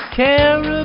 care